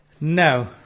No